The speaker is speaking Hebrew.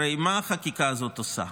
הרי מה החקיקה הזאת עושה?